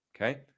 Okay